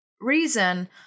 reason